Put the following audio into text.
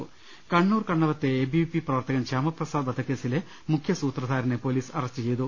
്്്്്്് കണ്ണൂർ കണ്ണവത്തെ എബിവിപി പ്രവർത്തകൻ ശ്യാമപ്രസാദ് വധക്കേസിലെ മുഖ്യ സൂത്രധാരനെ പോലീസ് അറസ്റ്റ് ചെയ്തു